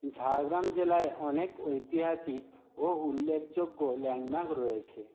ঝাড়গ্রাম জেলায় অনেক ঐতিহাসিক ও উল্লেখযোগ্য ল্যান্ডমার্ক রয়েছে